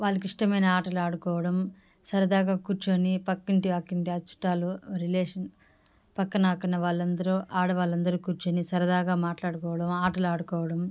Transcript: వాళ్ళకి ఇష్టమైన ఆటలు ఆడుకోవడం సరదాగా కూర్చొని పక్కింటి అక్కింటి చుట్టాలు రిలేషన్ పక్కన అక్కన వాళ్ళందరూ ఆడవాళ్ళందరూ కూర్చొని సరదాగా మాట్లాడుకోవడం ఆటలు ఆడుకోవడం